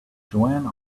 joanne